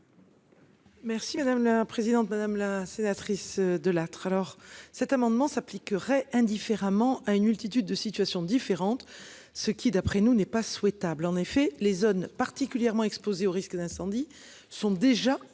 Merci madame la présidente, madame la sénatrice de la alors. Cet amendement s'appliqueraient indifféremment à une multitude de situations différentes. Ce qui d'après nous, n'est pas souhaitable en effet les zones particulièrement exposées au risque d'incendie sont déjà